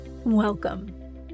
welcome